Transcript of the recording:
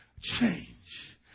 Change